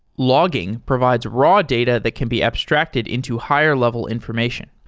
logging provides raw data that can be abstracted into higher level information.